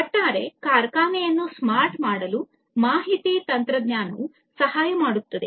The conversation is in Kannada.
ಒಟ್ಟಾರೆ ಕಾರ್ಖಾನೆಯನ್ನು ಸ್ಮಾರ್ಟ್ ಮಾಡಲು ಮಾಹಿತಿ ತಂತ್ರಜ್ಞಾನವು ಸಹಾಯ ಮಾಡುತ್ತದೆ